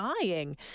dying